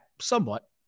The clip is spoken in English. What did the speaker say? somewhat